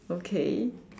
okay